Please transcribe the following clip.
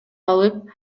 алып